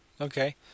Okay